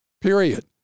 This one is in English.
Period